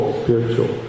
spiritual